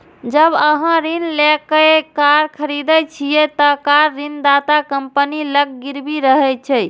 जब अहां ऋण लए कए कार खरीदै छियै, ते कार ऋणदाता कंपनी लग गिरवी रहै छै